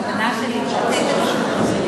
הכוונה שלי לתת הזדמנות שווה.